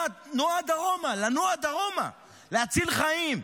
לנוע דרומה, לנוע דרומה, להציל חיים.